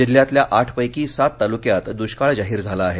जिल्ह्यातल्या आठ पैकी सात तालुक्यात दुष्काळ जाहीर झाला आहे